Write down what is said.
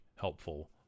helpful